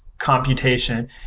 computation